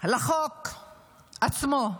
לחוק עצמו.